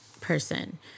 Person